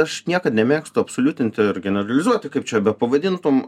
aš niekad nemėgstu absoliutinti ir generalizuoti kaip čia bepavadintum